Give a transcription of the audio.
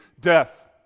death